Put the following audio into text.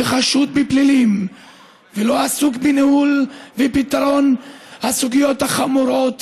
שחשוד בפלילים ולא עסוק בניהול ובפתרון של הסוגיות החמורות